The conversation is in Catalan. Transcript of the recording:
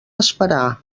esperar